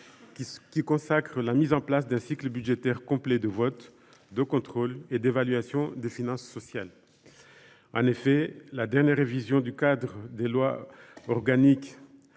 qui consacre la mise en place d’un cycle budgétaire complet de vote, de contrôle et d’évaluation des finances sociales. En effet, la dernière révision du cadre des lois organiques